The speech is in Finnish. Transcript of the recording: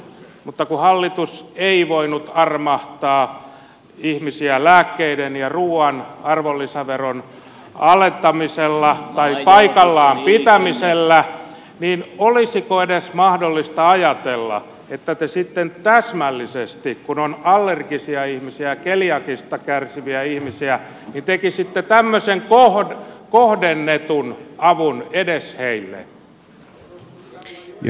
mutta kun hallitus ei voinut armahtaa ihmisiä lääkkeiden ja ruuan arvonlisäveron alentamisella tai paikallaan pitämisellä niin olisiko edes mahdollista ajatella että te sitten täsmällisesti kun on allergisia ihmisiä ja keliakiasta kärsiviä ihmisiä tekisitte tämmöisen kohdennetun avun edes heille